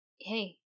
hey